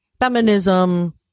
feminism